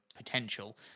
Potential